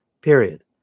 period